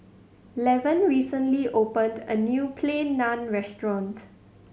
Levon recently opened a new Plain Naan Restaurant